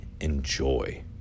enjoy